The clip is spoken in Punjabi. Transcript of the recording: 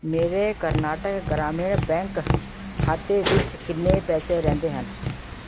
ਮੇਰੇ ਕਰਨਾਟਕ ਗ੍ਰਾਮੀਣ ਬੈਂਕ ਖਾਤੇ ਵਿੱਚ ਕਿੰਨੇ ਪੈਸੇ ਰਹਿੰਦੇ ਹਨ